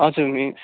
हजुर मिस